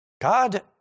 God